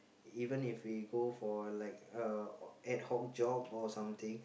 even if we go for like a ad-hoc job or something